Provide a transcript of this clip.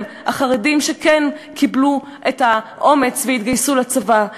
החרדים שכן קיבלו את האומץ והתגייסו לצבא.